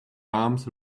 arms